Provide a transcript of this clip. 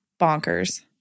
bonkers